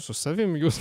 su savim jus